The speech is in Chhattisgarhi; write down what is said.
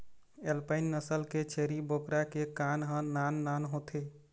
एल्पाइन नसल के छेरी बोकरा के कान ह नान नान होथे